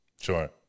sure